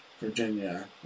Virginia